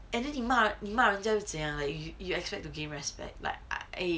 and then he might 你骂人家又怎么样 you expect to gain respect like I eh